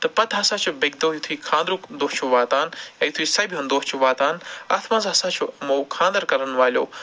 تہٕ پَتہٕ ہسا چھِ بٮ۪کہِ دۄہ یُتھٕے خانٛدرُک دۄہ چھِ واتان یا یُتھٕے سَبہِ ہُنٛد دۄہ چھِ واتان اَتھ منٛز ہسا چھِ یِمَو خانٛدَر کَرَن والیٚو